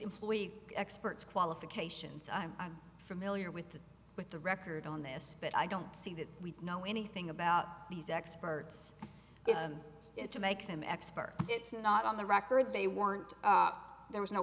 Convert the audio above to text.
employee experts qualifications i'm familiar with the with the record on this but i don't see that we know anything about these experts it's a make them experts it's not on the record they weren't there was no